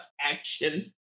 action